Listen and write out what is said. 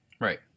right